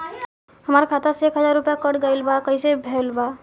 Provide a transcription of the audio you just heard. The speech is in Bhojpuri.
हमार खाता से एक हजार रुपया कट गेल बा त कइसे भेल बा?